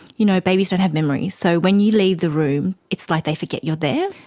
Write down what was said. you know, babies don't have memories. so when you leave the room it's like they forget you are there,